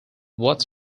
what